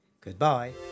Goodbye